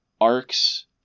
arcs